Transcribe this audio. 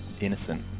Innocent